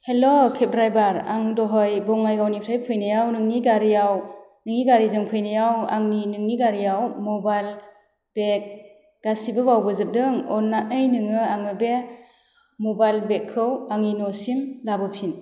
हेल' cab driver आं दहाय बङाइगावनिफ्राय फैनायाव नोंनि गारियाव नोंनि गारिजों फैनायाव आंनि नोंनि गारियाव मबाइल बेग गासिबो बावबो जोबदों अन्नानै नोङो आङो बे मबाइल बेगखौ आंनि न'सिम लाबोफिन